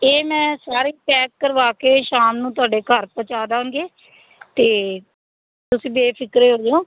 ਇਹ ਮੈਂ ਸਾਰੇ ਪੈਕ ਕਰਵਾ ਕੇ ਸ਼ਾਮ ਨੂੰ ਤੁਹਾਡੇ ਘਰ ਪਹੁੰਚਾ ਦੇਵਾਂਗੇ ਅਤੇ ਤੁਸੀਂ ਬੇਫਿਕਰੇ ਹੋ ਜਾਉ